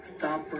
Stop